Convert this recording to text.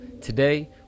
Today